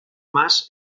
más